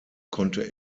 konnte